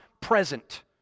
present